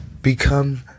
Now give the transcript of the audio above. Become